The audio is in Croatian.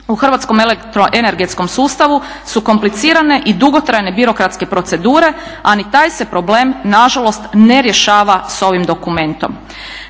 u hrvatskom elektroenergetskom sustavu su komplicirane i dugotrajne birokratske procedure a ni taj se problem na žalost ne rješava sa ovim dokumentom.